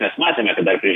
mes matėme kad dar prieš